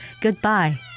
goodbye